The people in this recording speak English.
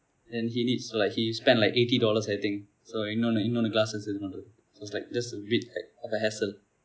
and he needs to like he spent like eighty dollars I think so இன்னொன்று இன்னொன்று:innonru innonru glasses வாங்க:vaangka so like there's a bit of a hassle